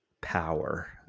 power